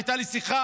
הייתה לי שיחה